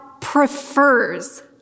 prefers